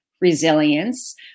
resilience